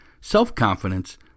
self-confidence